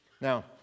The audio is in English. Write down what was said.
Now